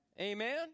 Amen